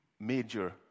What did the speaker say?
major